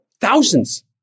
thousands